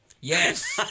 Yes